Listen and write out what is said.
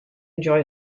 enjoy